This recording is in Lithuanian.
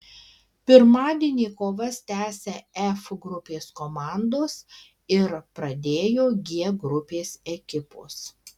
pirmadienį kovas tęsė f grupės komandos ir pradėjo g grupės ekipos